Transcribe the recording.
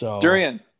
Durian